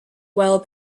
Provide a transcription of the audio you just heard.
well